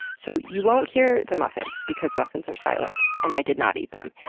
so, you won't hear the muffins because muffins are silent, and i did not eat them,